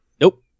nope